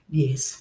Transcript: yes